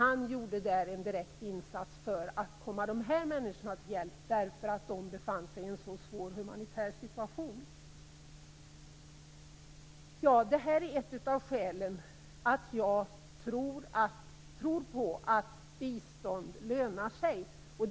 Han gjorde där en direkt insats för att komma dessa människor till hjälp, därför att de befann sig i en så svår humanitär situation. Det här är ett av skälen till att jag tror på att bistånd lönar sig.